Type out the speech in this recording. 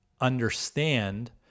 understand